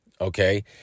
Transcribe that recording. Okay